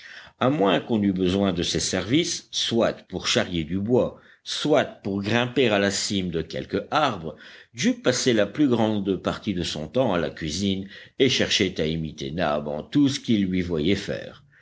à moins qu'on n'eût besoin de ses services soit pour charrier du bois soit pour grimper à la cime de quelque arbre jup passait la plus grande partie de son temps à la cuisine et cherchait à imiter nab en tout ce qu'il lui voyait faire